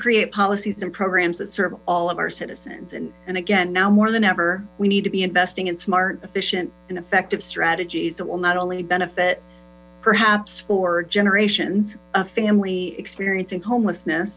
create policies programs that serve all of our citizens and again now more than ever we need to be investing in smart efficient and effective strategies that will not only benefit perhaps for generations a family experiencing homelessness